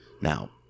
Now